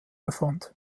befand